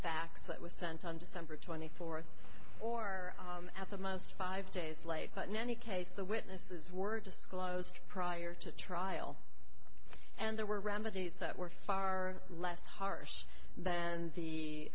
facts that was sent on december twenty fourth or at the most five days late but in any case the witnesses were disclosed prior to trial and there were remedies that were far less harsh than the